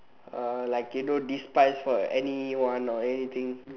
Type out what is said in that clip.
uh like you know despise anyone or anything